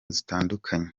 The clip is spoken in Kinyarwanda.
zitandukanye